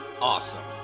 awesome